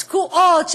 תקועות,